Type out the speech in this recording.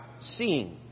seeing